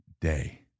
day